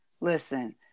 listen